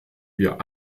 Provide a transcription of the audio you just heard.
wir